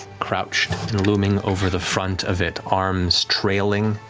crouched and looming over the front of it, arms trailing,